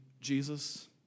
Jesus